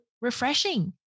refreshing